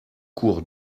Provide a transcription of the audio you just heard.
cour